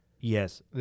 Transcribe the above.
Yes